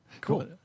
Cool